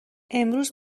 امروز